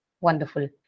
Wonderful